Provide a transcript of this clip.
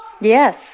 Yes